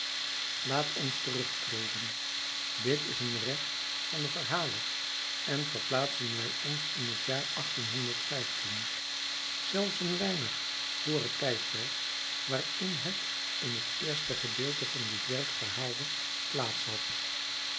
laat ons terugtreden dit is een recht van den verhaler en verplaatsen wij ons in het jaar zelfs een weinig vr het tijdperk waarin het in het eerste gedeelte van dit werk verhaalde plaats had